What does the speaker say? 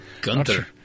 Gunther